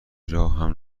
راهم